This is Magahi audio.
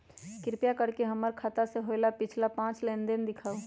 कृपा कर के हमर खाता से होयल पिछला पांच लेनदेन दिखाउ